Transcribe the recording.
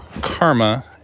karma